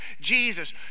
jesus